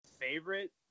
favorite